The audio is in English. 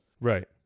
Right